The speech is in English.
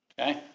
Okay